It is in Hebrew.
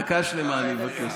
דקה שלמה, אני מבקש.